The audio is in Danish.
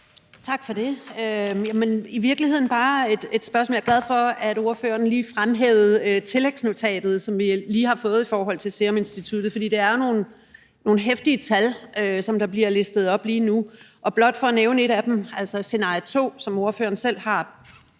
Tak for det. Det er i virkeligheden bare et spørgsmål. Jeg er glad for, at ordføreren lige fremhævede tillægsnotatet, som vi lige har fået fra Seruminstituttet, for det er jo nogle heftige tal, der bliver listet op lige nu. Blot for at nævne et af eksemplerne, nemlig scenarie 2, som ordføreren selv har